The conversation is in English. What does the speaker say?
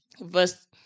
verse